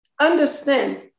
understand